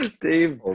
Dave